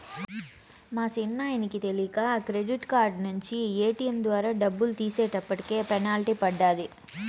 మా సిన్నాయనకి తెలీక క్రెడిట్ కార్డు నించి ఏటియం ద్వారా డబ్బులు తీసేటప్పటికి పెనల్టీ పడ్డాది